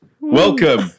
Welcome